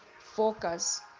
focus